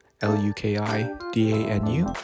L-U-K-I-D-A-N-U